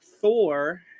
Thor